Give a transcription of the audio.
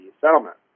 settlement